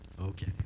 Okay